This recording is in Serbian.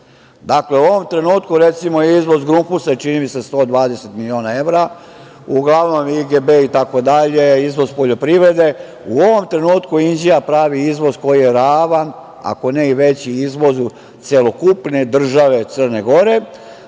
Gora. Dakle, u ovom trenutku recimo izvoz "Grupusa" čini mi se 120 miliona evra, uglavnom IGB, itd, izvoz poljoprivrede. U ovom trenutku Inđija pravi izvoz koji je ravan, ako ne i veći izvozu celokupne države Crne Gore.